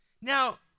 Now